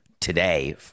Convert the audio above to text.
today